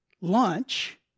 lunch